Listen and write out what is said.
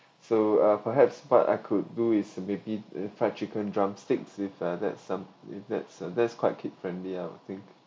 so uh perhaps what I could do is maybe fried chicken drumsticks if uh that some that's that's quite kid friendly lah I think